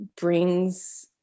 brings